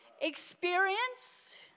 experience